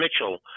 Mitchell